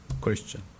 Christian